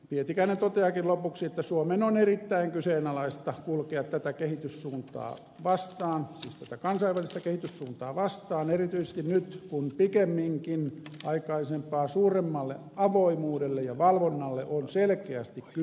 pietikäinen toteaakin lopuksi että suomen on erittäin kyseenalaista kulkea tätä kehityssuuntaa vastaan siis tätä kansainvälistä kehityssuuntaa vastaan erityisesti nyt kun pikemminkin aikaisempaa suuremmalle avoimuudelle ja valvonnalle on selkeästi kysyntää